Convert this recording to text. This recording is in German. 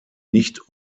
nicht